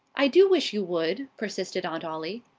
i do wish you would! persisted aunt ollie.